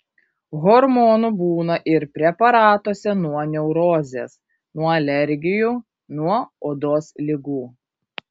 hormonų būna ir preparatuose nuo neurozės nuo alergijų nuo odos ligų